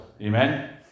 Amen